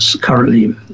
currently